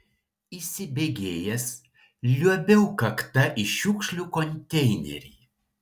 įsibėgėjęs liuobiau kakta į šiukšlių konteinerį